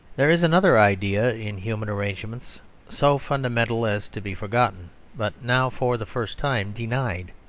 there is another idea in human arrangements so fundamental as to be forgotten but now for the first time denied.